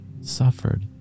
suffered